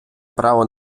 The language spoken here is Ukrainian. право